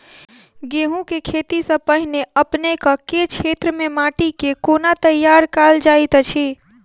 गेंहूँ केँ खेती सँ पहिने अपनेक केँ क्षेत्र मे माटि केँ कोना तैयार काल जाइत अछि?